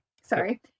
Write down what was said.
Sorry